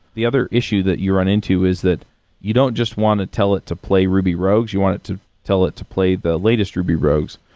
the other issue that you run into is that you don't just want to tell it to play ruby rogues. you want it to tell it to play the latest ruby rogues.